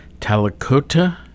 Talakota